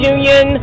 Union